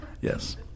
Yes